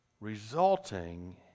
resulting